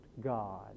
God